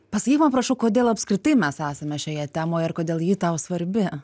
pasakyk man prašau kodėl apskritai mes esame šioje temoje ir kodėl ji tau svarbi